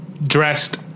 dressed